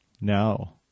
No